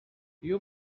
you